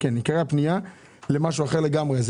הפנייה למשהו אחר לגמרי.